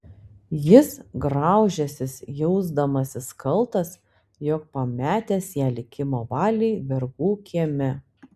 jis graužęsis jausdamasis kaltas jog pametęs ją likimo valiai vergų kieme